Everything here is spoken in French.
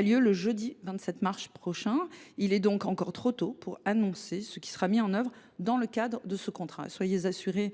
lieu le 27 mars prochain. Il est encore trop tôt pour annoncer ce qui sera mis en œuvre dans le cadre de ce contrat. Soyez assurée